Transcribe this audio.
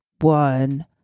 one